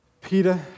Peter